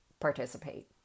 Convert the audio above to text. participate